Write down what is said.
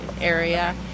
area